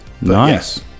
nice